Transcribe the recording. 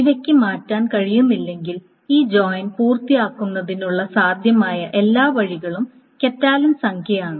ഇവയ്ക്ക് മാറ്റാൻ കഴിയുന്നില്ലെങ്കിൽ ഈ ജോയിൻ പൂർത്തിയാക്കുന്നതിനുള്ള സാധ്യമായ എല്ലാ വഴികളും കറ്റാലൻ സംഖ്യയാണ്